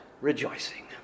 rejoicing